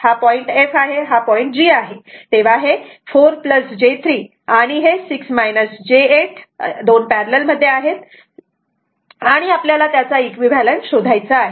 हा point f आहे आणि हा पॉईंट g आहे तेव्हा हे 4 j 3 आणि 6 j 8 हे दोन पॅरलल मध्ये आहेत आणि आपल्याला त्याचा इक्विव्हॅलंट शोधायचा आहे